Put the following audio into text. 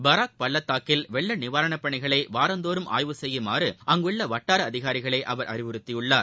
பராக் பள்ளத்தாக்கில் வெள்ள நிவாரண பணிகளை வாரந்தோறும் ஆய்வு செய்யும்படி அங்குள்ள வட்டார அதிகாரிகளை அவர் அறிவுறுத்தியுள்ளார்